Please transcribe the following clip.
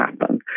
happen